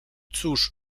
cóż